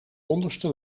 onderste